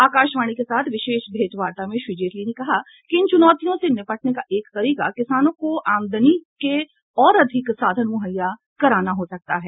आकाशवाणी के साथ विशेष भेंटवार्ता में श्री जेटली ने कहा कि इन चुनौतियों से निपटने का एक तरीका किसानों को आमदनी के और अधिक साधन मुहैया कराना हो सकता है